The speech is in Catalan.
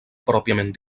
pròpiament